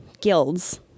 guilds